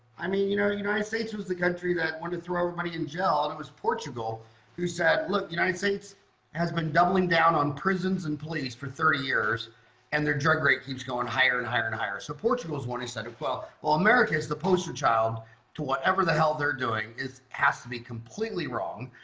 i mean you know united states was the country that want to throw everybody in jail and it was portugal who said look the united states has been doubling down on prisons and police for thirty years and their drug rate keeps going higher and higher and higher so portugal is one instead of well well america is the poster child to whatever the hell they're doing is has to be completely wrong,